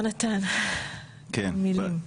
יונתן, כמה מילים.